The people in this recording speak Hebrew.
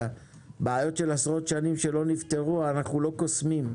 בעיות של עשרות שנים שלא נפתרו - אנחנו לא קוסמים.